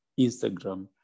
Instagram